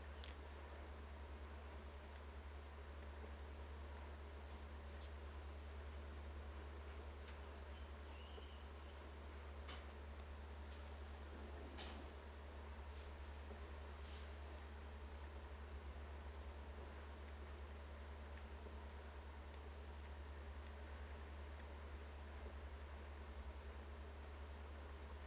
mm mm mm